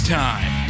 time